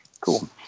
cool